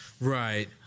Right